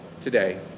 today